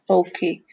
okay